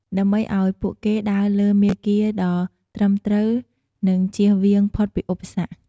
ដើម្បីឲ្យពួកគេដើរលើមាគ៌ាដ៏ត្រឹមត្រូវ និងជៀសផុតពីឧបសគ្គ។